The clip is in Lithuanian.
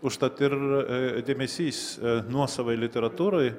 užtat ir dėmesys nuosavai literatūrai